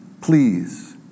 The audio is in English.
Please